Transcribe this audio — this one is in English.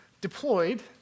deployed